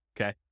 Okay